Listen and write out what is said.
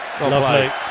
Lovely